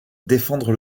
défendre